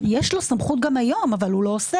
יש לו סמכות גם היום, אבל הוא לא עושה.